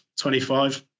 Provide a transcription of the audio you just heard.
25